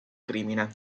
crimine